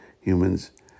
humans